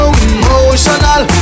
emotional